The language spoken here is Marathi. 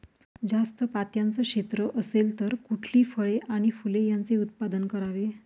जास्त पात्याचं क्षेत्र असेल तर कुठली फळे आणि फूले यांचे उत्पादन करावे?